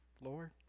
Lord